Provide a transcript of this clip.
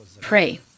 pray